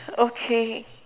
okay